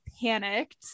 panicked